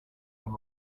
and